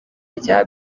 rya